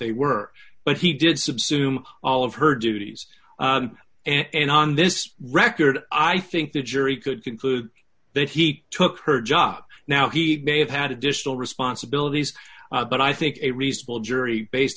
they were but he did subsume all of her duties and on this record i think the jury could conclude that he took her job now he may have had additional responsibilities but i think a reasonable jury based